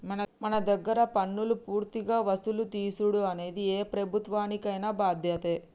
మన దగ్గర పన్నులు పూర్తిగా వసులు తీసుడు అనేది ఏ ప్రభుత్వానికైన బాధ్యతే